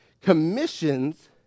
commissions